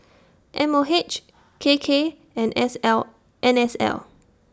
M O H K K and S L N S L